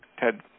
Ted